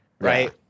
right